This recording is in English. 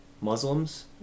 Muslims